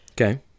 Okay